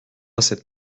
cette